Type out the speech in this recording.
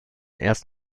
erst